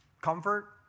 comfort